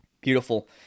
Beautiful